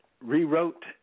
rewrote